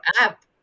app